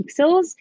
pixels